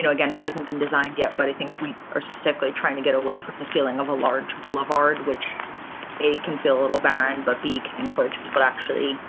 you know again, it hasn't been designed yet, but i think we are specifically trying to get away from the feeling of a large boulevard, which a, can feel a little band. but beak encourage people actually.